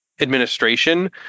administration